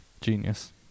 Genius